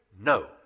no